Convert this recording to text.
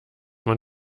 man